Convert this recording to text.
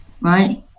Right